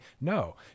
No